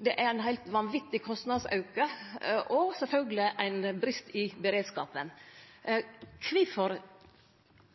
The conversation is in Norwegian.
Det er ein heilt vanvitig kostnadsauke, og sjølvsagt ein brest i beredskapen. Kvifor